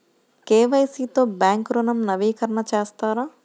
KYC తో bank ఋణం నవీకరణ చేస్తారా?